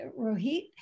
Rohit